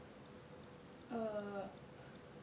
err